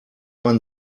man